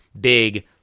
big